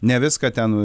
ne viską ten